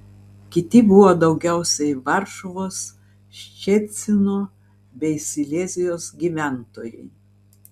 kiti buvo daugiausiai varšuvos ščecino bei silezijos gyventojai